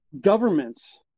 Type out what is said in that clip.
governments